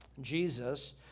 Jesus